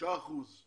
חמישה אחוזים